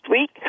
week